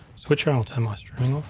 switcher. i'll turn my stream